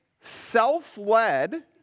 self-led